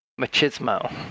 Machismo